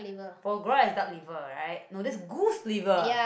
foie gras is duck liver right no this is goose liver